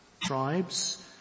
tribes